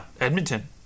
Edmonton